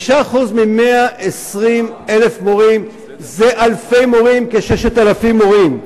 5% מ-120,000 מורים זה אלפי מורים, כ-6,000 מורים,